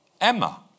Emma